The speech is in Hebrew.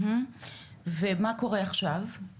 ומה קורה עכשיו, היום,